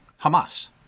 Hamas